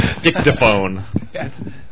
Dictaphone